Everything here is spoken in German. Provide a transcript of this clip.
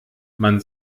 man